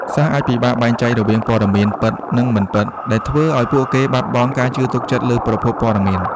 សិស្សអាចពិបាកបែងចែករវាងព័ត៌មានពិត និងមិនពិត ដែលធ្វើឲ្យពួកគេបាត់បង់ការជឿទុកចិត្តលើប្រភពព័ត៌មាន។